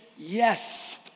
Yes